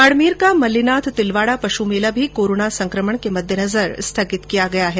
बाडमेर का मल्लीनाथ तिलवाडा पशु मेला भी कोरोना संकमण के मद्देनजर स्थगित कर दिया गया है